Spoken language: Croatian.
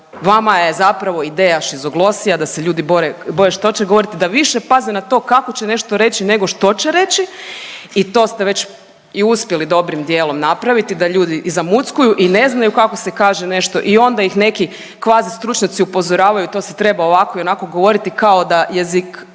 vama je zapravo ideja šizoglosija, da se ljudi bore, boje što će govoriti, da više paze na to kako će nešto reći nego što će reći i to ste već i uspjeli dobrim dijelom napraviti da ljudi i zamuckuju i ne znaju kako se kaže nešto i onda ih neki kvazi stručnjaci upozoravaju to se treba ovako i onako govoriti, kao da jezik